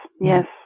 yes